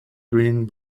green